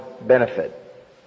benefit